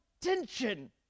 tension